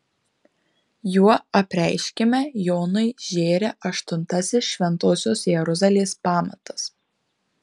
juo apreiškime jonui žėri aštuntasis šventosios jeruzalės pamatas